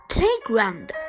Playground